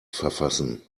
verfassen